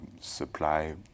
supply